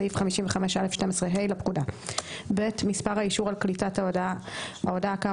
סעיף 55א12ה לפקודה,(ב) מספר האישור על קליטת הודעה כאמור